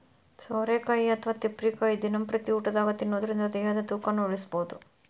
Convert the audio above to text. ಸೋರೆಕಾಯಿ ಅಥವಾ ತಿಪ್ಪಿರಿಕಾಯಿ ದಿನಂಪ್ರತಿ ಊಟದಾಗ ತಿನ್ನೋದರಿಂದ ದೇಹದ ತೂಕನು ಇಳಿಸಬಹುದು